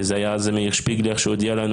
שזה היה אז מאיר שפיגלר שהודיע לנו